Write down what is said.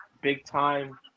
big-time